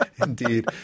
Indeed